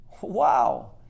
Wow